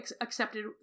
accepted